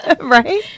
Right